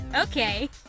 Okay